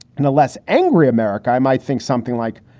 and a less angry america, i might think something like,